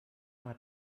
hat